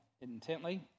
intently